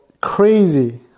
crazy